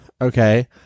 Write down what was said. okay